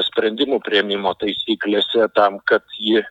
sprendimų priėmimo taisyklėse tam kad ji